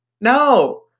No